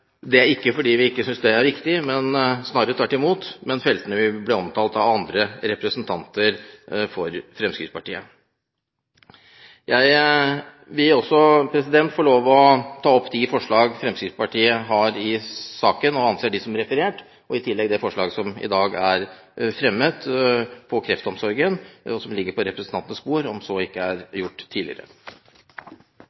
Det er ikke fordi vi ikke synes det er viktig – snarere tvert imot – men feltene vil bli omtalt av andre representanter fra Fremskrittspartiet. Jeg vil også få lov til å ta opp de forslag som Fremskrittspartiet har i saken, og anser dem som referert – i tillegg til de forslag som i dag er fremmet vedrørende kreftomsorgen, som ligger på representantenes plasser, om så ikke er